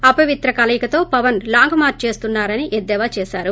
అపవిత్ర కలయికతో Pavan long march చేస్తున్నారని ఎద్దేవా చేశారు